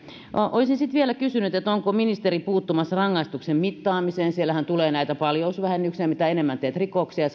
olisin sitten vielä kysynyt onko ministeri puuttumassa rangaistuksen mittaamiseen siellähän tulee näitä paljousvähennyksiä mitä enemmän teet rikoksia